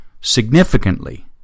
significantly